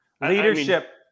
Leadership